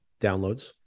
downloads